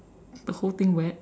the whole thing wet